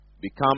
Become